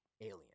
alien